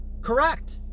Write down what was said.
correct